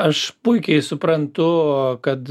aš puikiai suprantu kad